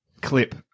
clip